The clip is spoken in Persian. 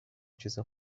چیزا